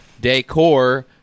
Decor